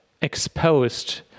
exposed